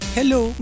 Hello